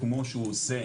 כמו שהוא עושה,